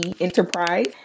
Enterprise